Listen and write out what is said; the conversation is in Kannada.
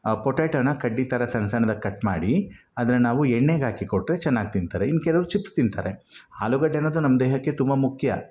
ಪೊಟ್ಯಾಟೋನ ಕಡ್ಡಿ ಥರ ಸಣ್ಣ ಸಣ್ದಾಗಿ ಕಟ್ ಮಾಡಿ ಅದನ್ನು ನಾವು ಎಣ್ಣೆಗಾಕಿ ಕೊಟ್ರೆ ಚೆನ್ನಾಗ್ ತಿಂತಾರೆ ಇನ್ನು ಕೆಲವರು ಚಿಪ್ಸ್ ತಿಂತಾರೆ ಆಲೂಗಡ್ಡೆ ಅನ್ನೋದು ನಮ್ಮ ದೇಹಕ್ಕೆ ತುಂಬ ಮುಖ್ಯ